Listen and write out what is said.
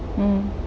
mm